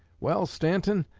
well, stanton,